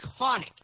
iconic